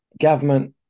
Government